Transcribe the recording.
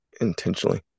intentionally